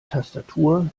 tastatur